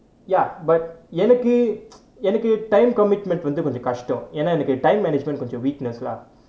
ya but எனக்கு:enakku எனக்கு:enakku time commitment வந்து கொஞ்சம் கஷ்டம் ஏனா எனக்கு:vanthu konjam kashtam yaennaa enakku time management கொஞ்சம்:konjam weakness lah